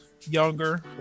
younger